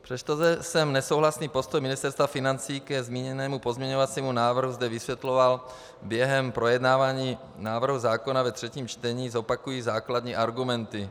Přestože jsem nesouhlasný postoj Ministerstva financí ke zmíněnému pozměňovacímu návrhu zde vysvětloval během projednávání návrhu zákona ve třetím čtení, zopakuji základní argumenty.